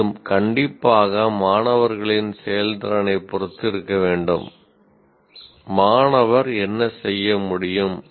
இது கண்டிப்பாக மாணவர்களின் செயல்திறனைப் பொருத்து இருக்க வேண்டும் 'மாணவர் என்ன செய்ய முடியும்